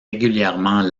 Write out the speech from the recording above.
régulièrement